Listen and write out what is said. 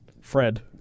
Fred